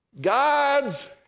God's